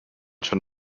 schon